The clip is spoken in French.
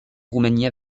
roumanie